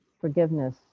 forgiveness